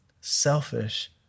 selfish